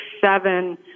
seven